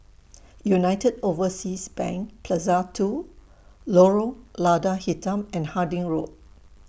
United Overseas Bank Plaza two Lorong Lada Hitam and Harding Road